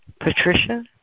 Patricia